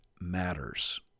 matters